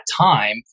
time